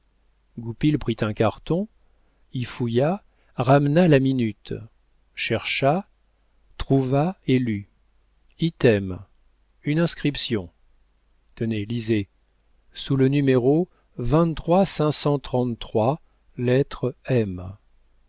goupil prit un carton y fouilla ramena la minute chercha trouva et lut item une inscription tenez lisez sous le numéro